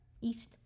East